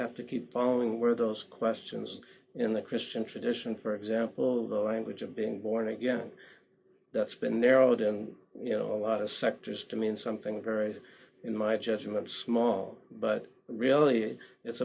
have to keep following where those questions in the christian tradition for example the language of being born again that's been narrowed in you know a lot of sectors to mean something very in my judgment small but really it's